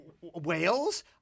Wales